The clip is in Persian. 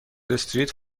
استریت